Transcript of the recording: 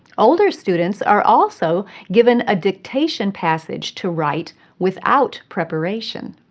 older students are also given a dictation passage to write without preparation.